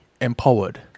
empowered